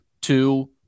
two